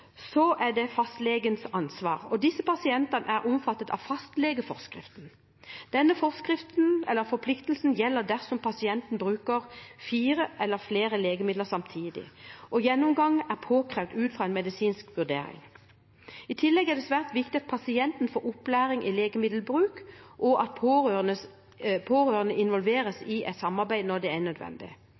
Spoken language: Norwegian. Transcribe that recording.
er det fastlegens ansvar, og disse pasientene er omfattet av fastlegeforskriften. Denne forskriften eller forpliktelsen gjelder dersom pasienten bruker fire eller flere legemidler samtidig og gjennomgang er påkrevd ut fra en medisinsk vurdering. I tillegg er det svært viktig at pasienten får opplæring i legemiddelbruk, og at pårørende involveres i et samarbeid når det er nødvendig.